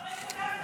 למה לא התקזזת איתו?